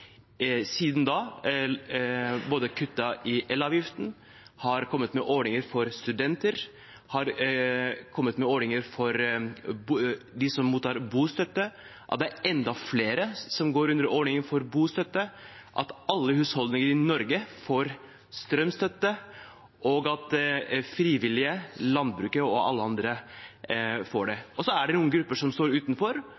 siden da både har kuttet i elavgiften, kommet med ordninger for studenter og kommet med ordninger for dem som mottar bostøtte. Jeg er glad for at det er enda flere som går under ordningen for bostøtte, at alle husholdninger i Norge får strømstøtte, og at frivillige, landbruket og alle andre får